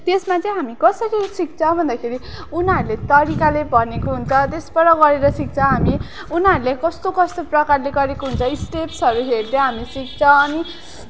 त्यसमा चाहिँ हामी कसरी सिक्छ भन्दाखेरि उनीहरूले तरिकाले भनेको हुन्छ तेसबाट गरेर सिक्छ हामी उनीहरूले कस्तो कस्तो प्रकारले गरेको हुन्छ स्टेप्सहरू हेर्दै हामी सिक्छ अनि